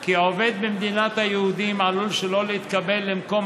כי עובד במדינת היהודים עלול שלא להתקבל למקום